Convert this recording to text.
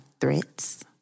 threats